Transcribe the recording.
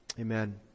Amen